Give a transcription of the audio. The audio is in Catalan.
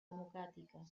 democràtica